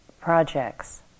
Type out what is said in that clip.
projects